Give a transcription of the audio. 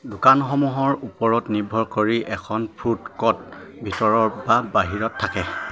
দোকানসমূহৰ ওপৰত নিৰ্ভৰ কৰি এখন ফুড ক'ৰ্ট ভিতৰত বা বাহিৰত থাকে